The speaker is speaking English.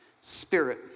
spirit